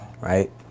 right